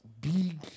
big